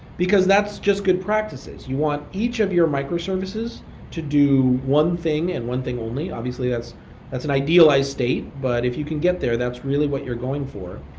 because that's just good practices. you want each of your microservices to do one thing and one thing only. obviously, that's that's an idealized state. but if you can get there, that's really what you're going for.